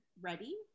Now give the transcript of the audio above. ready